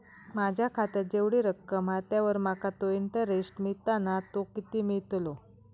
माझ्या खात्यात जेवढी रक्कम हा त्यावर माका तो इंटरेस्ट मिळता ना तो किती मिळतलो?